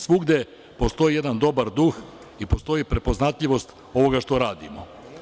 Svugde postoji jedan dobar duh i postoji prepoznatljivost ovoga što radimo.